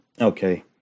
okay